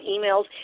emails